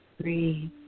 breathe